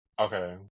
Okay